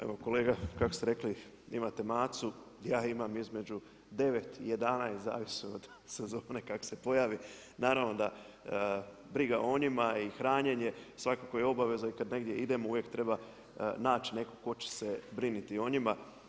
Evo kolega kako ste rekli da imate Macu, ja imam između 9 i 11, zavisi od sezone kako se pojavi, naravno da briga o njima i hranjenje svakako je obaveza i kada negdje idemo uvijek treba naći nekog tko će se brinuti o njima.